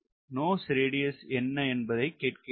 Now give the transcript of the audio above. மூக்கின் ஆரம் என்ன என்பதை கேட்கிறேன்